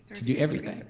to do everything.